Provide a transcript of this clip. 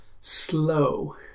slow